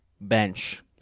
bench